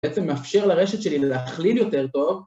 ‫בעצם מאפשר לרשת שלי ‫להכליל יותר טוב.